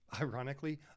Ironically